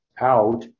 out